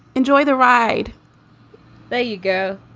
enjoy the ride there you go.